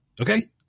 Okay